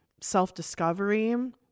self-discovery